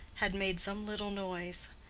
had made some little noise.